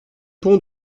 pont